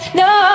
no